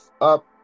up